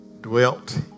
dwelt